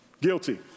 Guilty